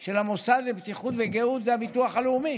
של המוסד לבטיחות וגהות זה הביטוח הלאומי,